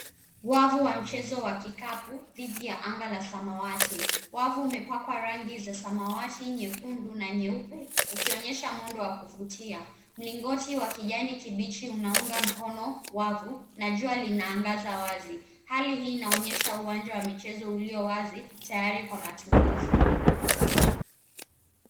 Wavu wa mchezo wa kikapu, dhidi ya anga la samawati. Wavu imepakwa rangi za samawati, nyekundu na nyeupe, ukionyesha muundo wa kuvutia. Mlingoti wa kijani kibichi unaunga mkono wavu na jua linaangaza wazi. Hali hii inaonyesha uwanja wa michezo uliowazi tayari kwa matumizi.